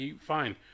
fine